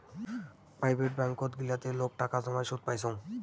private ব্যাঙ্কত গিলাতে লোক টাকা জমাই সুদ পাইচুঙ